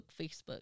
Facebook